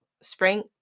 spring